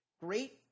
Great